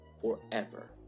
forever